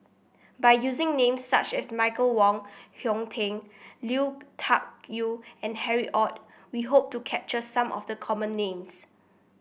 by using names such as Michael Wong Hong Teng Lui Tuck Yew and Harry Ord we hope to capture some of the common names